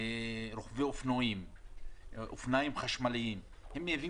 רוכבי אופנועים ואופניים חשמליים מהווים